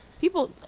People